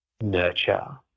nurture